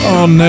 on